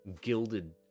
gilded